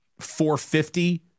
450